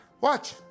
Watch